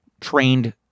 trained